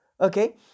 okay